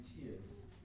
tears